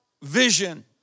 Vision